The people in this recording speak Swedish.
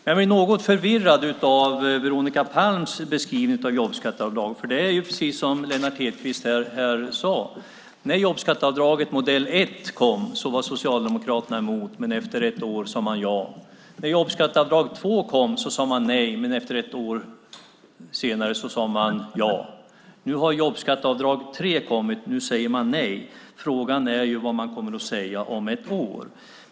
Jag blir något förvirrad av Veronica Palms beskrivning av jobbskatteavdraget. Det är precis som Lennart Hedquist sade här. När jobbskatteavdraget modell ett kom var Socialdemokraterna emot det. Men efter ett år sade de ja. När jobbskatteavdrag två kom sade Socialdemokraterna nej. Men ett år senare sade de ja. Nu har jobbskatteavdrag tre kommit. Nu säger Socialdemokraterna nej. Frågan är vad de kommer att säga om ett år.